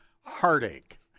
heartache